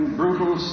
brutal